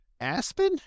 Aspen